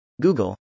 Google